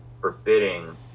forbidding